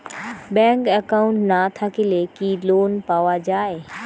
Bank account না থাকিলে কি লোন পাওয়া য়ায়?